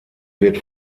wird